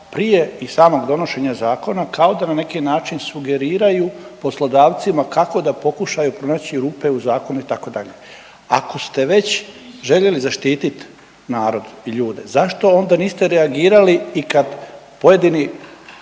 prije i samog donošenja zakona kao da na neki način sugeriraju poslodavcima kako da pokušaju pronaći rupe u zakonu itd. Ako ste već željeli zaštititi narod i ljude zašto onda niste reagirali i kad pojedini